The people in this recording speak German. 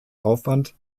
aufwand